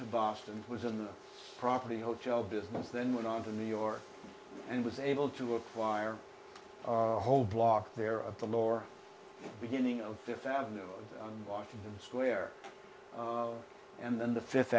to boston was in the property hotel business then went on to new york and was able to acquire a whole block there of the lower beginning of the family on washington square and then the fifth